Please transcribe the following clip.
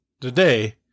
Today